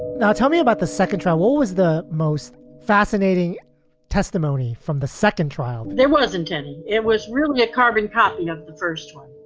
now, tell me about the second trial. always the most fascinating testimony from the second trial there wasn't. and it was really a carbon copy of the first one.